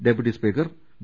deputy speaker V